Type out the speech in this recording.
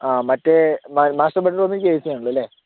ആ മറ്റേ master bed റൂമിലേക്ക് എ സിയാണല്ലോ അല്ലെ